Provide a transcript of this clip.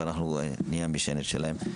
ונהיה המשענת שלהם.